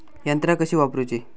यंत्रा कशी वापरूची?